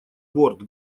борт